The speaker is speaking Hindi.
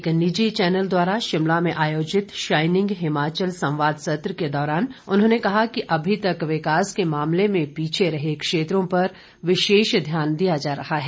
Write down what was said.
एक निजी चैनल द्वारा शिमला में आयोजित शाईनिंग हिमाचल संवाद सत्र के दौरान उन्होंने कहा कि अभी तक विकास के मामले में पीछे रहे क्षेत्रों पर विशेष ध्यान दिया जा रहा है